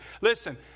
Listen